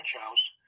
house